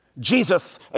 Jesus